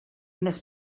nes